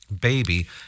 baby